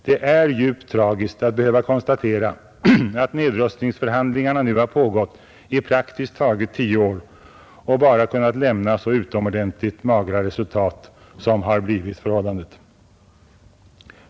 Det är djupt tragiskt att behöva konstatera att nedrustningsförhandlingarna nu har pågått i praktiskt taget tio år och bara kunnat lämna så utomordentligt magra resultat som har blivit fallet.